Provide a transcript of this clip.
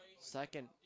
Second